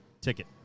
ticket